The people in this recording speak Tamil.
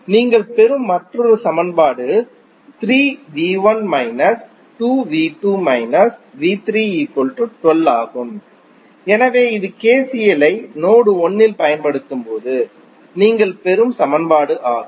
நீங்கள் பெறும் மற்றொரு சமன்பாடு ஆகும் எனவே இது KCL ஐ நோடு 1 இல் பயன்படுத்தும்போது நீங்கள் பெறும் சமன்பாடு ஆகும்